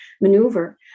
maneuver